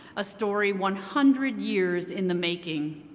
a story one hundred years in the making.